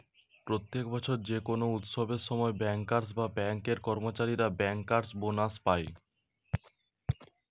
প্রত্যেক বছর যে কোনো উৎসবের সময় বেঙ্কার্স বা বেঙ্ক এর কর্মচারীরা বেঙ্কার্স বোনাস পায়